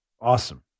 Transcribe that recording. Awesome